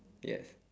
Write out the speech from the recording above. yes